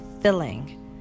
filling